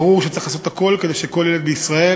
ברור שצריך לעשות הכול כדי שכל ילד בישראל